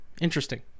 Interesting